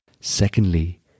Secondly